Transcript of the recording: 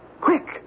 Quick